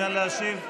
אין מה להתווכח.